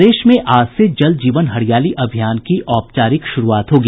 प्रदेश में आज से जल जीवन हरियाली अभियान की औपचारिक शुरूआत होगी